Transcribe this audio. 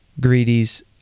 Greedy's